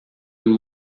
and